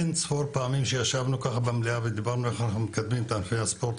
אינספור פעמים ישבנו במליאה ודיברנו איך לקדם את ענפי הספורט,